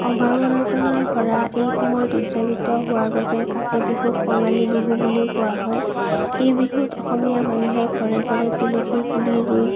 অভাৱ অনাতন ভৰা এই সময়ত উদযাপিত হোৱা বাবে কাতি বিহুক কঙালী বিহু বুলিও কোৱা হয় এই বিহুত অসমীয়া মানুহে ঘৰে ঘৰে তুলসীৰ পুলি ৰুই